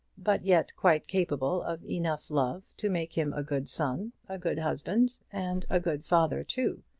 but yet quite capable of enough love to make him a good son, a good husband, and a good father too.